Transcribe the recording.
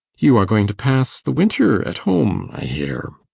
you are going to pass the winter at home, i hear.